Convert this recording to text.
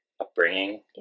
upbringing